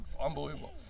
unbelievable